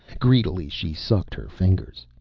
greedily, she sucked her fingers.